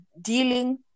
dealing